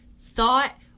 thought